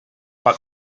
but